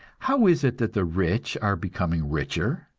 how is it that the rich are becoming richer?